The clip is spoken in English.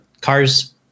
car's